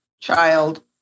child